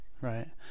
Right